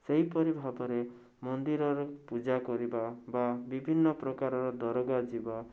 ସେହିପରି ଭାବରେ ମନ୍ଦିରରେ ପୂଜା କରିବା ବା ବିଭିନ୍ନ ପ୍ରକାରର ଦରଘା ଯିବା